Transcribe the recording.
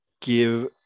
give